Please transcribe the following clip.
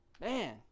Man